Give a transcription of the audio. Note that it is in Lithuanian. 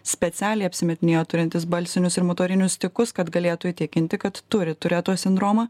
specialiai apsimetinėjo turintys balsinius ir motorinius tikusus kad galėtų įtikinti kad turi tureto sindromą